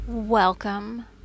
welcome